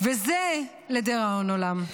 וזה, לדיראון עולם.